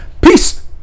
peace